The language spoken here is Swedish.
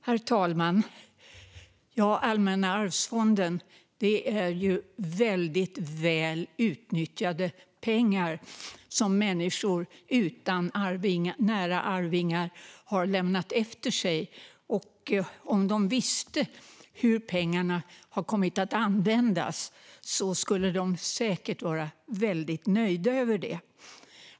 Herr talman! Allmänna arvsfonden är väldigt väl utnyttjade pengar som människor utan nära arvingar har lämnat efter sig. Om de visste hur pengarna har kommit att användas skulle de säkert vara väldigt nöjda över det.